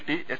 T H